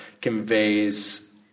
conveys